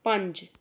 ਪੰਜ